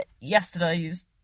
yesterday's